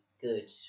good